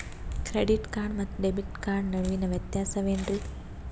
Credit card ಮತ್ತು debit card ನಡುವಿನ ವ್ಯತ್ಯಾಸ ವೇನ್ರೀ?